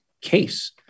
case